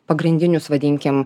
pagrindinius vadinkim